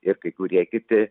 ir kai kurie kiti